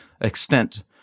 extent